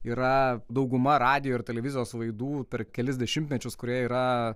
yra dauguma radijo ir televizijos laidų per kelis dešimtmečius kurie yra